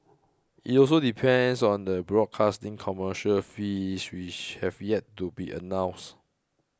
it also depends on the broadcasting commercial fees which have yet to be announced